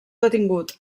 detingut